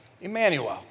Emmanuel